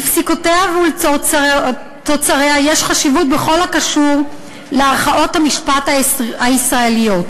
לפסיקותיה ולתוצריה יש חשיבות בכל הקשור לערכאות המשפט הישראליות.